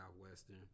Southwestern